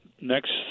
next